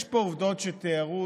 יש פה עובדות שתוארו,